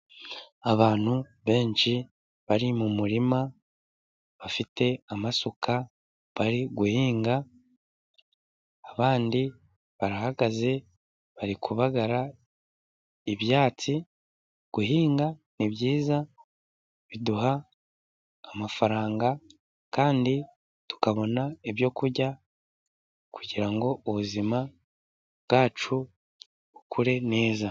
Abantu benshi bari mu murima. Bafite amasuka bari guhinga, abandi barahagaze bari kubagara ibyatsi. Guhinga ni byiza biduha amafaranga, kandi tukabona ibyo kurya, kugira ngo ubuzima bwacu bukure neza.